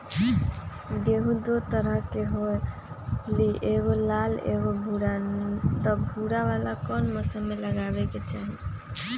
गेंहू दो तरह के होअ ली एगो लाल एगो भूरा त भूरा वाला कौन मौसम मे लगाबे के चाहि?